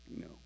No